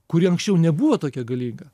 kuri anksčiau nebuvo tokia galinga